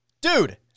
Dude